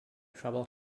troubled